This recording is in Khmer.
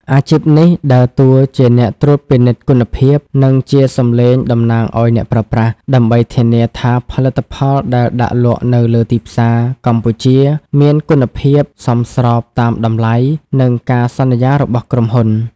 អាជីពនេះដើរតួជាអ្នកត្រួតពិនិត្យគុណភាព និងជាសំឡេងតំណាងឱ្យអ្នកប្រើប្រាស់ ដើម្បីធានាថាផលិតផលដែលដាក់លក់នៅលើទីផ្សារកម្ពុជាមានគុណភាពសមស្របតាមតម្លៃ និងការសន្យារបស់ក្រុមហ៊ុន។